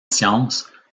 sciences